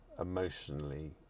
emotionally